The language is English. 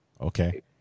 okay